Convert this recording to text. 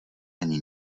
ani